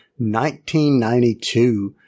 1992